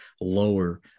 lower